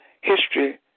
history